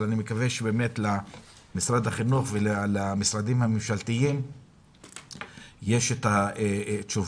אבל אני מקווה שבאמת למשרד החינוך ולמשרדים האחרים יש את התשובות.